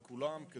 לכולם.